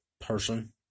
person